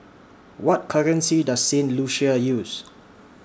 What currency Does Saint Lucia use